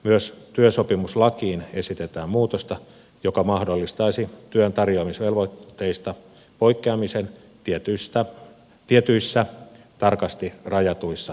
myös työsopimuslakiin esitetään muutosta joka mahdollistaisi työn tarjoamisvelvoitteista poikkeamisen tietyissä tarkasti rajatuissa tilanteissa